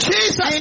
Jesus